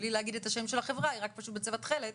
בלי להגיד את השם של החברה, היא רק בצבע תכלת